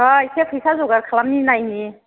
र' एसे फैसा जगार खालामनि नायनि